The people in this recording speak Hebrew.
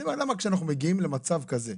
אני אומר למה כשאנחנו מגיעים למצב כזה,